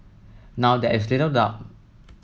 now there is little doubt